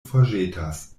forĵetas